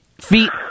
feet